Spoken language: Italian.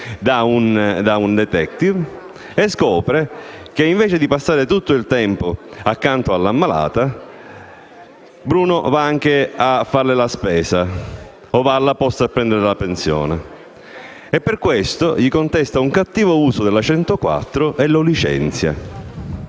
da un *detective* e scopre che, invece di passare tutto il tempo accanto all'ammalato, Bruno va anche a fare la spesa a va alla posta a ritirare la pensione. Per questo gli contesta un cattivo uso della legge n. 104 e lo licenzia.